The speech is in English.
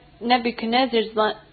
Nebuchadnezzar's